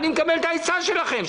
אני מקבל את העצה שלכם,